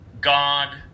God